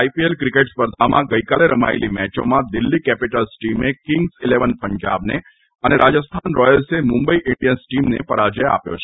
IPL cricket સ્પર્ધામાં ગઇકાલે રમાયેલી મેચોમાં દિલ્હી કેપીટલ્સ ટીમે કિંગ્સ ઇલેવન પંજાબને અને રાજસ્થાન રોયલ્સે મુંબઇ ઇન્ડીયન્સ ટીમને પરાજય આપ્યો છે